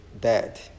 dead